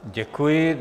Děkuji.